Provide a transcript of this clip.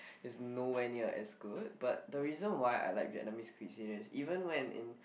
is nowhere near as good but the reason why I like Vietnamese cuisine is even when in